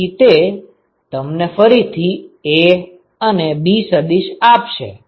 તેથી તે તમને ફરીથી A અને b સદિશ આપશે